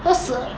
so 十二